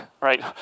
right